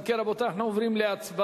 אם כן, רבותי, אנחנו עוברים להצבעה.